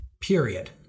period